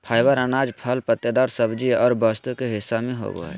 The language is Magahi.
फाइबर अनाज, फल पत्तेदार सब्जी और वस्तु के हिस्सा में होबो हइ